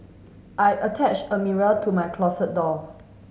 I attached a mirror to my closet door